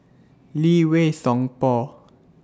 Lee Wei Song Paul